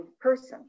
person